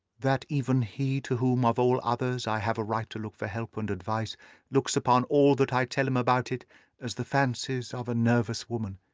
that even he to whom of all others i have a right to look for help and advice looks upon all that i tell him about it as the fancies of a nervous woman.